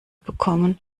bekommen